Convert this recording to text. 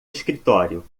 escritório